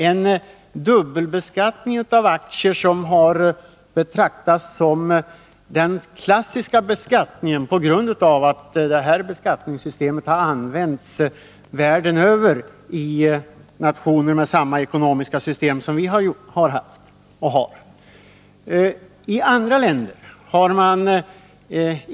Denna dubbelbeskattning av aktier har betraktats som den klassiska beskattningen, på grund av att det här beskattningssystemet har använts världen över i nationer med samma ekonomiska system som vi har haft och har.